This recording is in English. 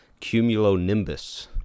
Cumulonimbus